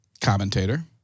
commentator